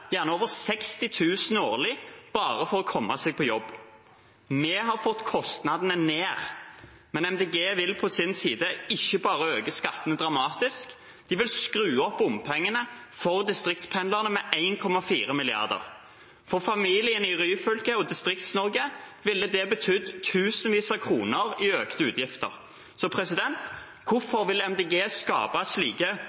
gjerne over 60 000 kr årlig bare for å komme seg på jobb. Vi har fått kostnadene ned, men Miljøpartiet De Grønne vil på sin side ikke bare øke skattene dramatisk, men også skru opp bompengene for distriktspendlerne med 1,4 mrd. kr. For familiene i Ryfylke og Distrikts-Norge ville det betydd tusenvis av kroner i økte utgifter.